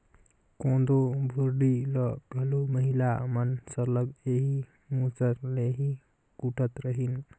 कोदो भुरडी ल घलो महिला मन सरलग एही मूसर ले ही कूटत रहिन